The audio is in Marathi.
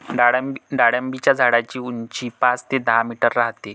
डाळिंबाच्या झाडाची उंची पाच ते दहा मीटर राहते